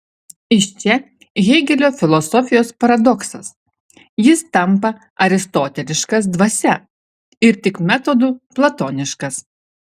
iš čia hėgelio filosofijos paradoksas jis tampa aristoteliškas dvasia ir tik metodu platoniškas